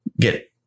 get